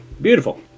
Beautiful